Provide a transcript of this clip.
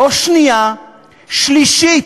לא שנייה, שלישית.